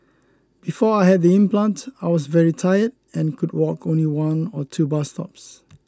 before I had the implant I was very tired and could walk only one or two bus stops